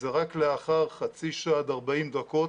רק לאחר חצי שעה עד 40 דקות,